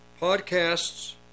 Podcasts